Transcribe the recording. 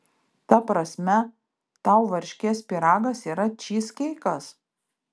ta prasme tau varškės pyragas yra čyzkeikas